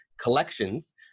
collections